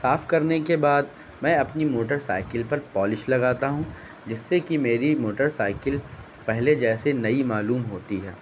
صاف کرنے کے بعد میں اپنی موٹر سائیکل پر پالش لگاتا ہوں جس سے کہ میری موٹر سائیکل پہلے جیسی نئی معلوم ہوتی ہے